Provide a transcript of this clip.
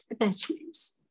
attachments